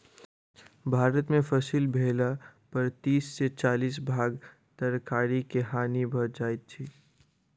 भारत में फसिल भेला पर तीस से चालीस भाग तरकारी के हानि भ जाइ छै